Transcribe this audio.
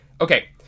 Okay